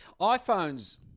iPhones